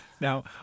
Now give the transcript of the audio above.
now